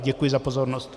Děkuji za pozornost.